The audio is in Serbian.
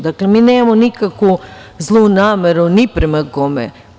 Dakle, mi nemamo nikakvu zlu nameru, ni prema kome.